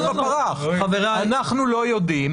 אנחנו לא יודעים.